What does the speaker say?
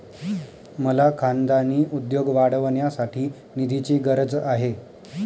मला खानदानी उद्योग वाढवण्यासाठी निधीची गरज आहे